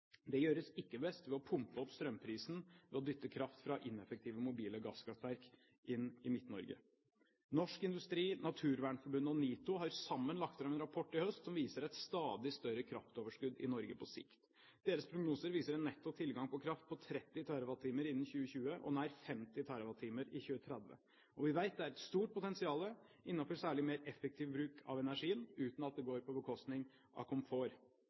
Det gjøres ikke best ved å pumpe opp strømprisen ved å dytte kraft fra ineffektive mobile gasskraftverk inn i Midt-Norge. Norsk Industri, Naturvernforbundet og NITO har sammen lagt fram en rapport i høst som viser et stadig større kraftoverskudd i Norge på sikt. Deres prognoser viser en netto tilgang på kraft på 30 TWh i 2020 og nær 50 TWh i 2030. Vi vet at det er et stort potensial innenfor særlig mer effektiv bruk av energien, uten at det går på bekostning av